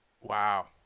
Wow